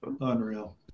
unreal